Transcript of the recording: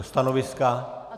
Stanoviska?